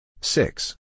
Six